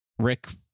Rick